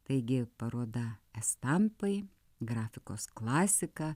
taigi paroda estampai grafikos klasika